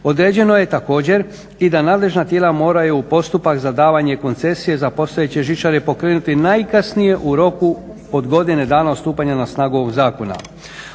Određeno je također i da nadležna tijela moraju postupak za davanje koncesije za postojeće žičare pokrenuti najkasnije u roku od godine dana od stupanja na snagu ovog zakona.